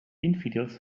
infidels